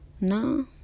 no